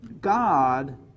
God